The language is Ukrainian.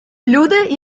люди